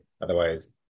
Otherwise